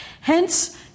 Hence